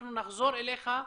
אנחנו נחזור אליך,